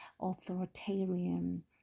authoritarian